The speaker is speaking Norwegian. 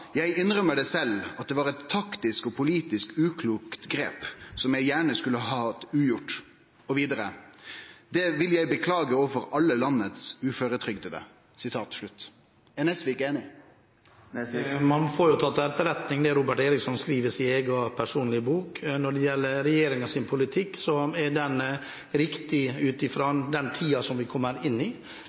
jeg gjerne skulle hatt ugjort.» Og vidare: «Det vil jeg beklage overfor alle landets uføretrygdede.» Er Nesvik einig? Man får ta til etterretning det Robert Eriksson skriver i sin egen, personlige bok. Når det gjelder regjeringens politikk, er den riktig ut fra den tiden som vi går inn i.